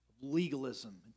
legalism